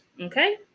Okay